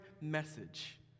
message